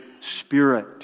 Spirit